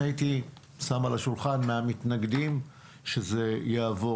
אני הייתי שם על השולחן מהמתנגדים שזה יעבור